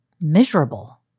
miserable